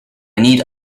need